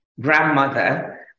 grandmother